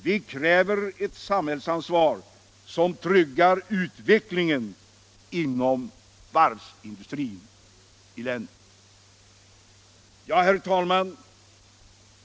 Vi kräver ett samhällsansvar som tryggar utvecklingen inom varvsindustrin i länet.” Herr talman!